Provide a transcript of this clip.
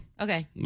Okay